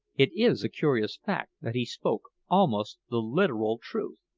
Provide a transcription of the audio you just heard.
it is a curious fact that he spoke almost the literal truth.